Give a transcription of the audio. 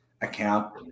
account